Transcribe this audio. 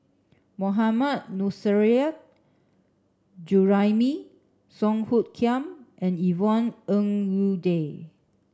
Mohammad Nurrasyid Juraimi Song Hoot Kiam and Yvonne Ng Uhde